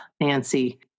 Nancy